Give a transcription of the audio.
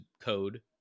code